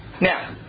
now